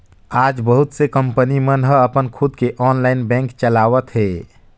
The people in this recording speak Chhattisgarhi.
आज बहुत से कंपनी मन ह अपन खुद के ऑनलाईन बेंक चलावत हे